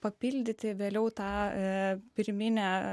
papildyti vėliau tą pirminę